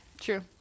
True